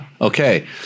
okay